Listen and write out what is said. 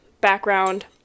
background